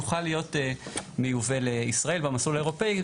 יוכל להיות מיובא לישראל במסלול האירופי.